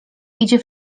idzie